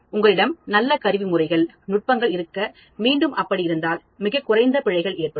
உங்களிடம் நல்ல கருவி முறைகள் நுட்பங்கள் இருக்க மீண்டும் அப்படி இருந்தால் மிகக் குறைந்த பிழைகள் ஏற்படும்